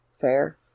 Fair